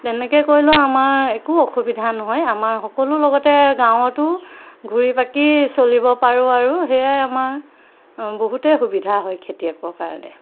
তেনেকৈ কৰিলেও আমাৰ একো অসুবিধা নহয় আমাৰ সকলো লগতে গাঁৱতো ঘূৰি পাকি চলিব পাৰোঁ আৰু সেয়াই আমাৰ বহুতে সুবিধা হয় খেতিয়কৰ কাৰণে